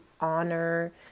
honor